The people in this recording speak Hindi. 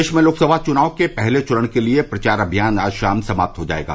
प्रदेश में लोकसभा चुनाव के पहले चरण के लिये प्रचार अभियान आज शाम समाप्त हो जायेगा